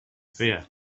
fear